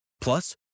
plus